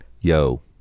Yo